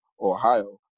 Ohio